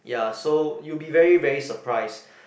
ya so you'll be very very surprised